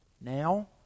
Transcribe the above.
Now